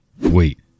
Wait